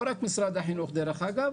לא רק משרד החינוך דרך אגב,